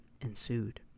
ensued